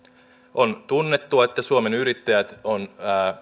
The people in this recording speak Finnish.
on tunnettua että suomen yrittäjät on